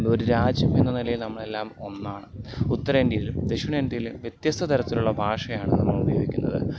ഒരു രാജ്യമെന്ന നിലയിൽ നമ്മളെല്ലാം ഒന്നാണ് ഉത്തരേന്ത്യയിലും ദക്ഷിണേന്ത്യയിലും വ്യത്യസ്ഥ തരത്തിലുള്ള ഭാഷയാണ് നമ്മൾ ഉപയോഗിക്കുന്നത്